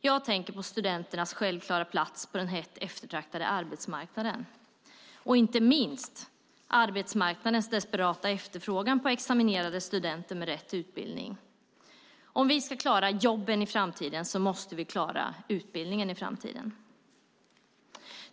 Jag tänker på studenternas självklara plats på den hett eftertraktade arbetsmarknaden och inte minst arbetsmarknadens desperata efterfrågan på examinerade studenter med rätt utbildning. Om vi ska klara jobben i framtiden måste vi klara utbildningen i framtiden.